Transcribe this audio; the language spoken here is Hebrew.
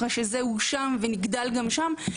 אחרי שזה ייושם ונגדל גם שם,